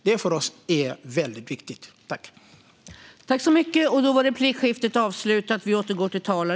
Det är väldigt viktigt för oss.